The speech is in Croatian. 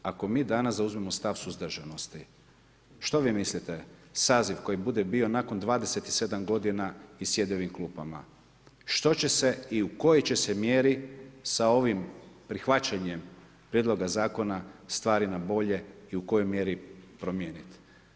Ako mi danas zauzmemo stav suzdržanosti što vi mislite, saziv koji bude nakon 27 godina i sjedio u ovim klupama, što će se i u kojoj će se mjeri sa ovim prihvaćenjem Prijedloga zakona stvari na bolje i u kojoj mjeri promijenit?